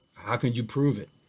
how could you prove it?